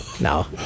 No